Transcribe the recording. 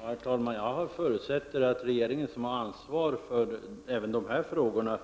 Herr talman! Jag förutsätter att regeringen som har ansvar även för dessa frågor